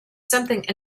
something